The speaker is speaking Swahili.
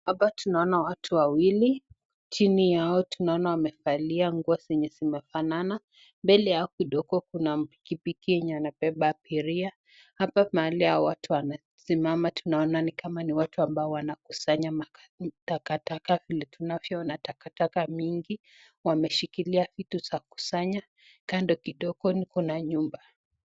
Hapa tunaona watu wawili, chini yao tunaona wamevalia nguo zenye zimefanana, mbele yao kidogo kuna pikipiki yenye inabeba abiria, hapa mahali watu wamesimama tunaona ni kama ni watu ambao wanakusanya takataka vile tunavyoona takataka mingi, wameshikilia vitu za kusanya, kando kidogo kuna nyumba.